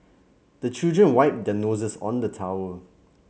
the children wipe their noses on the towel